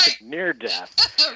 near-death